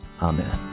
Amen